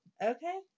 Okay